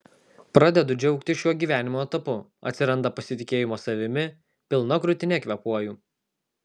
pradedu džiaugtis šiuo gyvenimo etapu atsiranda pasitikėjimo savimi pilna krūtine kvėpuoju